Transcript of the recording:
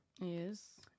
Yes